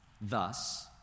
thus